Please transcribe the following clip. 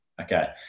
Okay